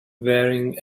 wearing